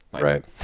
Right